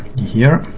here,